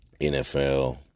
NFL